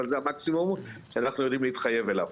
אבל זה המקסימום שאנחנו יודעים להתחייב אליו